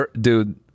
Dude